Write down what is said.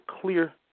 clear